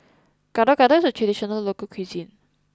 Gado Gado is a traditional local cuisine